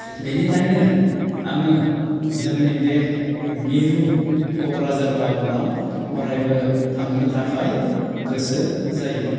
बेनिथाखायनो आङो जोंनि बे मिरु क'क्राझार टाउनाव अरायबो थांनो थाखाय गोसो जायो